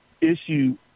issue